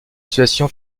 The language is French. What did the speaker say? situation